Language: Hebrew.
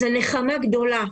זו נחמה גדולה.